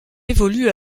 évolue